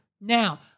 Now